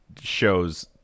shows